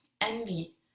envy